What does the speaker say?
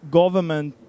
government